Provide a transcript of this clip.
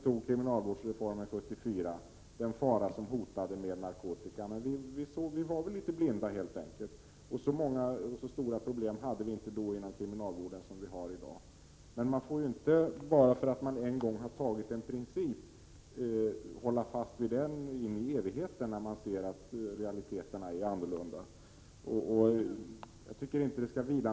1987/88:110 kriminalvårdsreformen, borde ha insett den fara som hotade när det gällde narkotikan. Vi var väl helt enkelt blinda för det. Vi hade då inte så många och så stora problem inom kriminalvården som vi har i dag. Men bara för att man en gång har antagit en princip får man inte hålla fast vid den i evigheter när man ser att realiteterna blir andra än man hade tänkt sig.